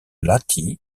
lahti